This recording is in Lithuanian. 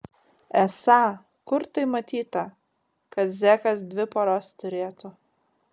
esą kur tai matyta kad zekas dvi poras turėtų